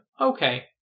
okay